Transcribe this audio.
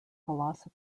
philosophy